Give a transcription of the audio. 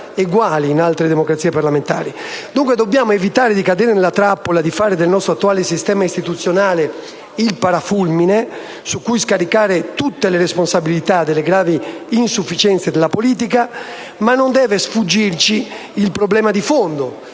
eguali in altre democrazie parlamentari. Dobbiamo dunque evitare di cadere nella trappola di fare del nostro attuale sistema istituzionale il parafulmine su cui scaricare tutte le responsabilità delle gravi insufficienze della politica, ma non deve sfuggirci il problema di fondo: